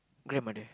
grandmother